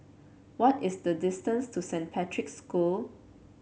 what is the distance to Saint Patrick's School